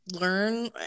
learn